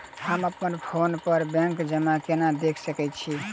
हम अप्पन फोन पर बैंक जमा केना देख सकै छी?